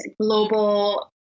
global